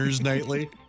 nightly